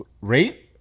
Rate